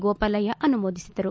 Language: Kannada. ಗೋಪಾಲಯ್ತ ಆನುಮೋದಿಸಿದರು